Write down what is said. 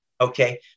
Okay